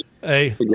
hey